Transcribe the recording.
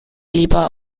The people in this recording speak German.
lieber